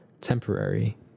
temporary